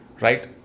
Right